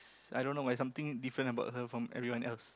i don't know like something different about her from everyone else